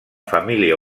família